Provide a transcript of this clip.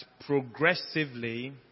progressively